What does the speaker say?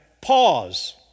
pause